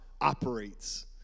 operates